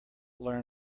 learn